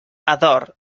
ador